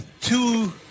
two